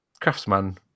craftsman